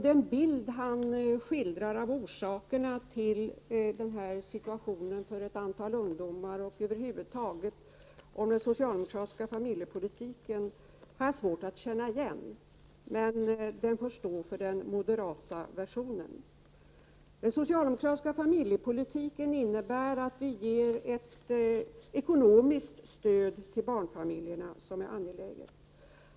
Den bild som han ger av orsakerna till situationen för ett antal ungdomar och över huvud taget av den socialdemokratiska familjepolitiken har jag svårt att känna igen. Den får moderaterna stå för. Det är deras version. Den socialdemokratiska familjepolitiken innebär att vi ger ett ekonomiskt stöd till barnfamiljerna som är angeläget.